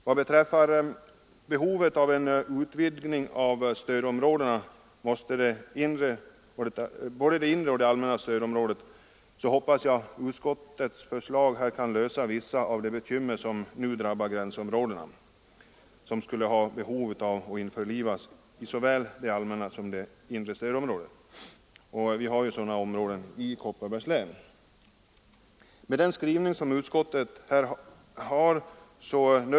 Vad beträffar behovet av en utvidgning av stödområdena — både det inre och det allmänna stödområdet — hoppas jag utskottets förslag kan avhjälpa vissa av de bekymmer som nu drabbar gränsområdeskommunerna, vilka skulle ha behov av införlivande med såväl det allmänna som det inre stödområdet. Vi har ju sådana kommuner i Kopparbergs län.